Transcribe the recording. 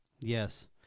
Yes